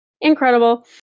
incredible